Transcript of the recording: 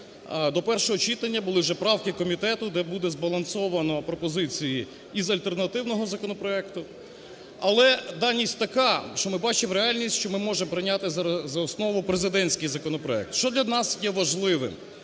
до першого читання були вже правки комітету, де буде збалансовано пропозиції із альтернативного законопроекту, але даність така, що ми бачимо в реальності, що ми можемо прийняти за основу президентський законопроект. Що для нас є важливим?